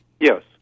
Yes